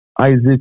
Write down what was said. Isaac